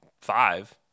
five